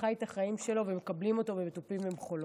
חי את החיים שלו ומקבלים אותו בתופים ובמחולות.